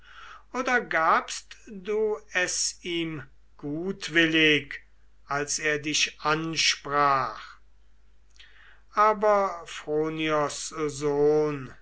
oder gabst du es ihm gutwillig als er dich ansprach aber phronios sohn